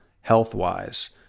health-wise